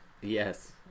Yes